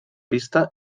pista